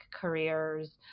careers